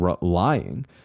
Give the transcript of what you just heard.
lying